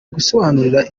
gusobanura